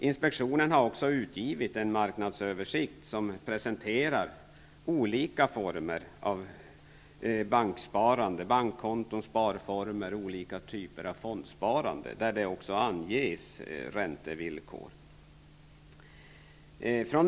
Inspektionen har vidare utgivit en marknadsöversikt som presenterar olika former av banksparande -- bankkonton, olika typer av fondsparande osv. -- där det också anges räntevillkor.